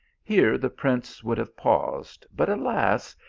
here the prince would have paused, but alas!